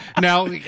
now